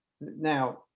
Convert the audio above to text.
Now